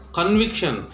Conviction